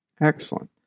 Excellent